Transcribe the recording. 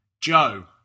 Joe